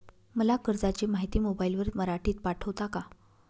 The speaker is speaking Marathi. मला कर्जाची माहिती मोबाईलवर मराठीत पाठवता का?